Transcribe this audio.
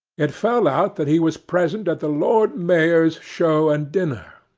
it fell out that he was present at the lord mayor's show and dinner,